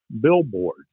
billboard